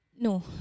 No